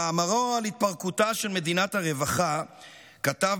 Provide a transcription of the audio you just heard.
במאמרו על התפרקותה של מדינת הרווחה כתב